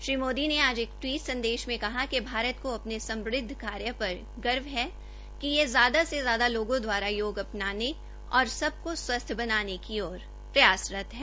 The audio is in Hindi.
श्री मोदी ने आज एक ट्वीट संदेश में कहा कि भारत को अपने स्मृद्ध कार्य पर गर्व है कि यह ज्यादा से ज्यादा लोगों द्वारा योग अपनाने और सबको स्वस्थ बनाने की ओर प्रयासरत है